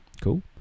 Cool